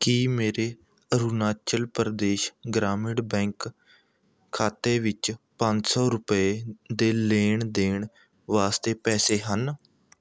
ਕੀ ਮੇਰੇ ਅਰੁਣਾਚਲ ਪ੍ਰਦੇਸ਼ ਗ੍ਰਾਮੀਣ ਬੈਂਕ ਖਾਤੇ ਵਿੱਚ ਪੰਜ ਸੌ ਰੁਪਏ ਦੇ ਲੈਣ ਦੇਣ ਵਾਸਤੇ ਪੈਸੇ ਹਨ